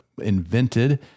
invented